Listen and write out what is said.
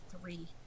three